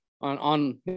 on